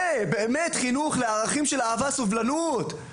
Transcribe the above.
זה באמת חינוך לערכים של אהבה וסובלנות?